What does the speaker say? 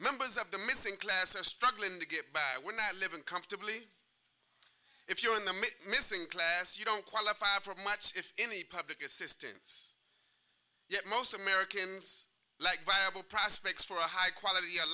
members of the missing class are struggling to get by we're not living comfortably if you're in the middle missing class you don't qualify for much if any public assistance yet most americans like viable prospects for a high quality of